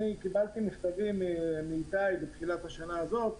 אני קיבלתי מכתבים מאיתי בתחילת השנה הזאת,